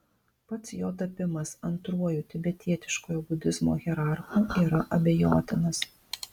pats jo tapimas antruoju tibetietiškojo budizmo hierarchu yra abejotinas